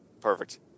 Perfect